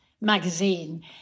magazine